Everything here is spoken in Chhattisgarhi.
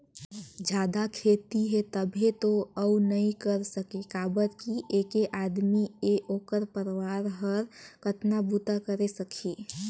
जादा खेती हे तभे तो अउ नइ कर सके काबर कि ऐके आदमी य ओखर परवार हर कतना बूता करे सकही